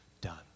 done